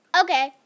Okay